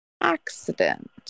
accident